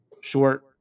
short